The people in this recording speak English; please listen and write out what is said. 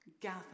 gather